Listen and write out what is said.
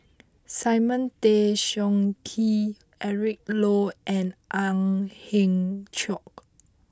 Simon Tay Seong Chee Eric Low and Ang Hiong Chiok